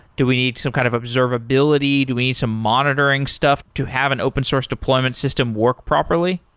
do we need some kind of observability? do we need some monitoring stuff to have an open source deployment system work properly?